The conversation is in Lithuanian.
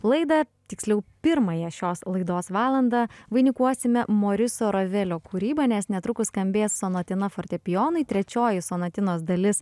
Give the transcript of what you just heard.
laidą tiksliau pirmąją šios laidos valandą vainikuosime moriso ravelio kūryba nes netrukus skambės sonatina fortepijonui trečioji sonatinos dalis